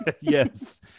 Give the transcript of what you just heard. yes